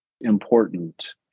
important